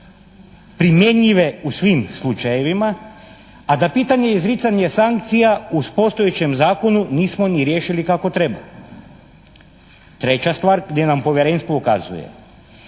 primjenjive u svim slučajevima, a da pitanje izricanje sankcija u postojećem zakonu nismo ni riješili kako treba. Treća stvar, gdje nam Povjerenstvo ukazuje